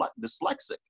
dyslexic